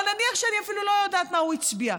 אבל נניח שאני אפילו לא יודעת מה הוא הצביע,